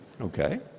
Okay